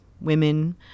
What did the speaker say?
women